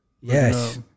Yes